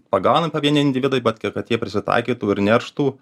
pagauna pavieniai individai bet kai kad jie prisitaikytų ir nerštų